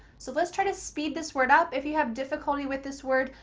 so let's try to speed this word up. if you have difficultly with this word,